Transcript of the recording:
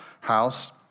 house